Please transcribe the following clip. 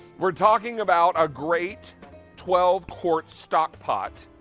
we're talking about a great twelve quart stock pot.